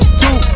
two